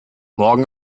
morgen